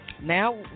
now